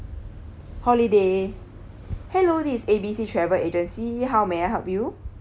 holiday hello this is A B C travel agency how may I help you